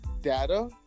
data